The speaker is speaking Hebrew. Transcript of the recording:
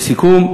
לסיכום,